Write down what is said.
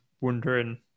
wondering